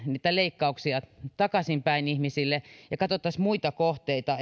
niitä leikkauksia takaisinpäin ihmisille vaan katsoisimme muita kohteita